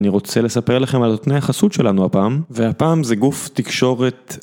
אני רוצה לספר לכם על תנאי החסות שלנו הפעם והפעם זה גוף תקשורת.